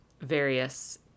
various